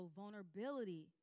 vulnerability